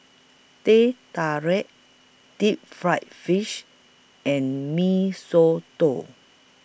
Teh Tarik Deep Fried Fish and Mee Soto